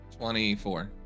24